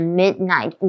midnight